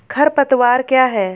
खरपतवार क्या है?